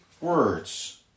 words